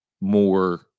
more